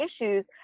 issues